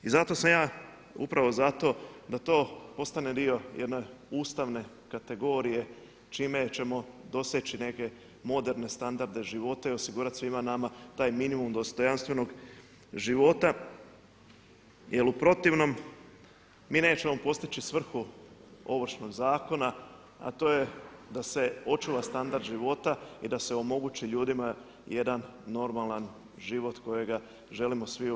I zato sam ja upravo zato da to postane dio jedne ustavne kategorije čime ćemo doseći neke moderne standarde života i osigurati svima nama taj minimum dostojanstvenog života jel u protivnom mi nećemo postići svrhu Ovršnog zakona, a to je da se očuva standard života i da omogući ljudima jedan normalan život kojega želimo svi u EU.